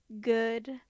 good